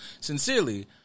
sincerely